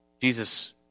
Jesus